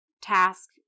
task